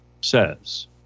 says